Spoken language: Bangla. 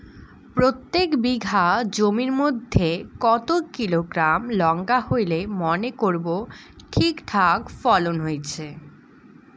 প্রত্যেক বিঘা জমির মইধ্যে কতো কিলোগ্রাম লঙ্কা হইলে মনে করব ঠিকঠাক ফলন হইছে?